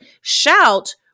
shout